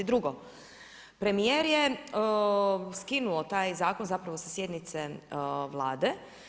Drugo, premijer je skinuo taj zakon zapravo sa sjednice Vlade.